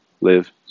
live